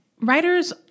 writers